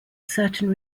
certain